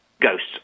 ghosts